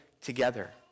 together